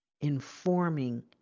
informing